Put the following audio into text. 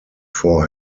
vor